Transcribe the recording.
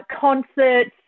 concerts